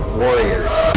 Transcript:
warriors